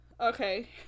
Okay